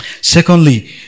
Secondly